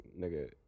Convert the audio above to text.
nigga